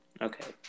Okay